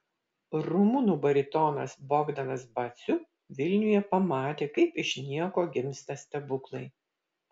rumunų baritonas bogdanas baciu vilniuje pamatė kaip iš nieko gimsta stebuklai